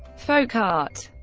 folk art